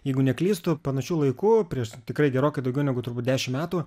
jeigu neklystu panašiu laiku prieš tai tikrai gerokai daugiau negu turbūt dešim metų